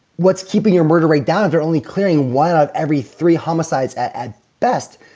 what's keeping your murder rate down. they're only clearing one out of every three homicides at at best.